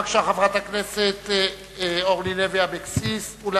חברת הכנסת אורלי לוי אבקסיס, בבקשה.